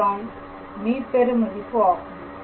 இதுதான் மீப்பெரு மதிப்பு ஆகும்